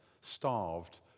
starved